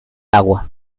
agua